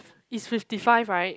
is fifty five right